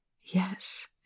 Yes